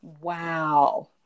Wow